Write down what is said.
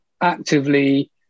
actively